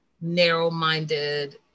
narrow-minded